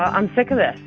i'm sick of this.